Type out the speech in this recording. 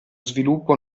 sviluppo